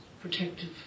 protective